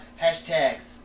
hashtags